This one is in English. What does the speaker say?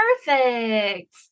perfect